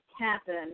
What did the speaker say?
happen